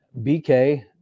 BK